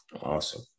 Awesome